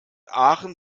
aachen